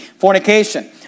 Fornication